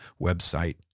website